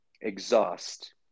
exhaust